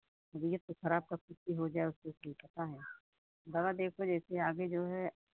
तबियत तो खराब का पुष्टि हो जाए उससे ठीक रहता है दवा देखो जैसे आगे जो है